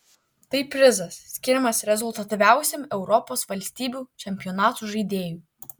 tai prizas skiriamas rezultatyviausiam europos valstybių čempionatų žaidėjui